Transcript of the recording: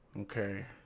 Okay